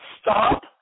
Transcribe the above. Stop